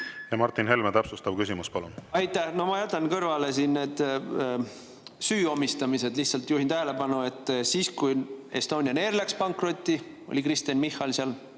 Martin Helme, täpsustav küsimus, palun! Aitäh! No ma jätan kõrvale need süü omistamised. Lihtsalt juhin tähelepanu, et siis, kui Estonian Air läks pankrotti, oli Kristen Michal seal